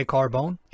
Carbone